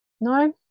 No